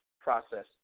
process